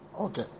Okay